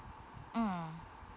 mm